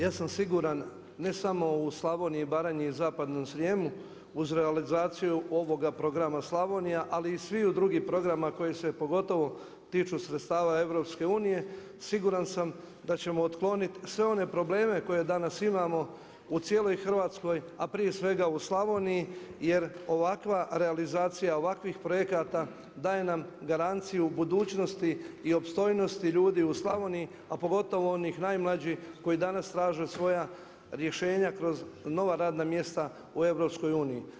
Ja sam siguran ne samo u Slavoniji, Baranji i Zapadnom Srijemu, uz realizaciju ovoga Programa Slavonija, ali i sviju drugih programa koji se pogotovo tiču sredstava EU, siguran sam na ćemo otklonit sve one probleme koje danas imamo u cijeloj Hrvatskoj, a prije svega u Slavoniji, jer ovakva realizacija ovakvih projekata daje nam garanciju budućnosti i opstojnosti ljudi u Slavoniji, a pogotovo onih najmlađi koji danas traže svoja rješenja kroz nova radna mjesta u EU.